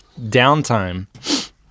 downtime